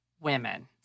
women